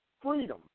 freedom